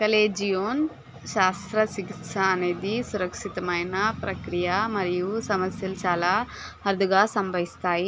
కలేజియోన్ శాస్త్రచికిత్స అనేది సురక్షితమైన ప్రక్రియ మరియు సమస్యలు చాలా అరుదుగా సంభవిస్తాయి